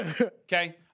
Okay